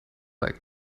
like